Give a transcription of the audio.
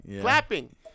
Clapping